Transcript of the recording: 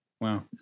Wow